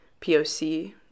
POC